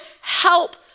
help